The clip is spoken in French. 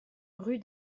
rue